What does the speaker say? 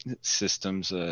systems –